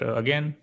again